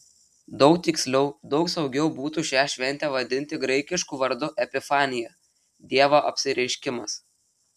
daug tiksliau daug saugiau būtų šią šventę vadinti graikišku vardu epifanija dievo apsireiškimas